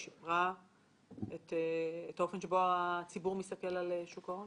היא שיפרה את האופן שבו הציבור מסתכל על שוק ההון?